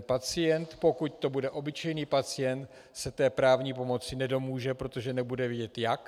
Pacient, pokud to bude obyčejný pacient, se právní pomoci nedomůže, protože nebude vědět jak.